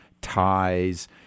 ties